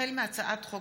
החל בהצעת חוק